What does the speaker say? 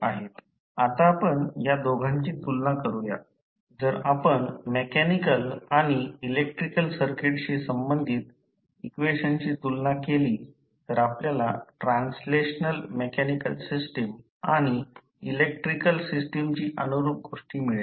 आता आपण या दोघांची तुलना करूया जर आपण मेकॅनिकल आणि इलेक्ट्रिकल सर्किटशी संबंधित इक्वेशनची तुलना केली तर आपल्याला ट्रान्सलेशनल मेकॅनिकल सिस्टम आणि इलेक्ट्रिकल सिस्टमची अनुरूप गोष्टी मिळेल